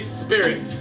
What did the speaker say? spirit